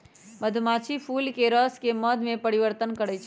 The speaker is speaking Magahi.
मधुमाछी फूलके रसके मध में परिवर्तन करछइ